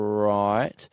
Right